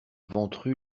ventru